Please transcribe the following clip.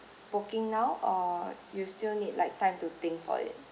booking now or you still need like time to think for it